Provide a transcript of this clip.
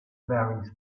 varies